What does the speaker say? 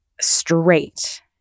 straight